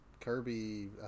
kirby